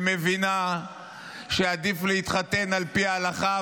שמבינה שעדיף להתחתן על פי ההלכה,